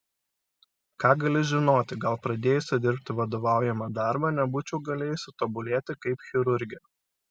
ką gali žinoti gal pradėjusi dirbti vadovaujamą darbą nebūčiau galėjusi tobulėti kaip chirurgė